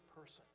person